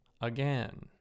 again